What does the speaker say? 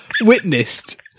witnessed